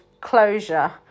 closure